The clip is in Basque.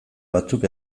batzuk